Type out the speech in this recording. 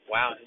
Wow